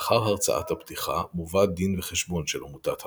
לאחר הרצאת הפתיחה מובא דין וחשבון של עמותת "המקור"